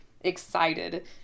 excited